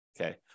Okay